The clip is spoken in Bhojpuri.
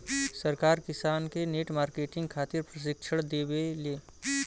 सरकार किसान के नेट मार्केटिंग खातिर प्रक्षिक्षण देबेले?